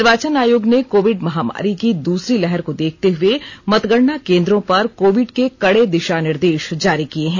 निर्वाचन आयोग ने कोविड महामारी की दूसरी लहर को देखते हुए मतगणना केन्द्रों पर कोविड के कड़े दिशा निर्देश जारी किए हैं